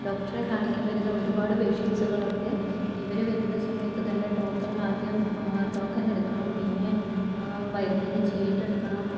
ഡോക്ടറെ കാണിക്കാൻ വരുന്ന ഒരുപാട് പേഷ്യൻസുകളുണ്ട് ഇവര് വരുന്ന സമയത്ത് തന്നെ ടോക്കൺ ആദ്യം ടോക്കൺ എടുക്കണം പിന്നെ മരുന്നിന് ചീട്ടെടുക്കണം